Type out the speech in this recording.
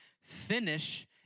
finish